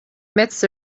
midst